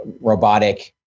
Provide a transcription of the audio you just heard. robotic